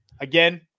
Again